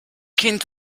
kind